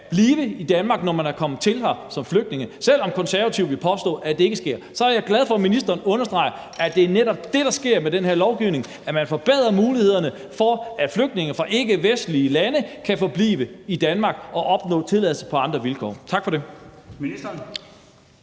blive i Danmark, når man er kommet hertil som flygtning. Selv om Konservative vil påstå, at det ikke sker, er jeg glad for, at ministeren understreger, at det netop er det, der sker med den her lovgivning, altså at man forbedrer mulighederne for, at flygtninge fra ikkevestlige lande kan forblive i Danmark og opnå tilladelse på andre vilkår. Tak for det.